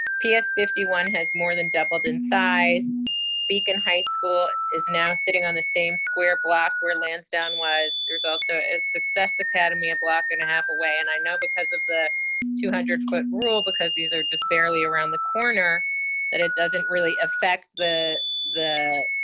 ps fifty one has more than doubled in size beacon high school is now sitting on the same square block where lansdowne was there's also a success academy a block and a half away and i know because of the two hundred foot rule because these are just barely around the corner that it doesn't really affect the the